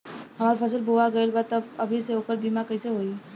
हमार फसल बोवा गएल बा तब अभी से ओकर बीमा कइसे होई?